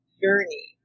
journey